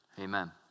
amen